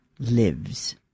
Lives